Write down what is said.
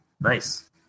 nice